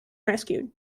rescued